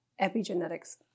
epigenetics